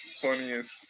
funniest